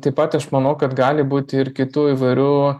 taip pat aš manau kad gali būti ir kitų įvairių